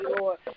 Lord